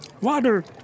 Water